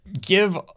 give